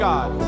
God